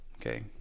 Okay